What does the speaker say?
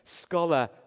scholar